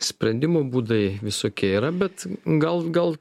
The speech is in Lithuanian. sprendimo būdai visokie yra bet gal gal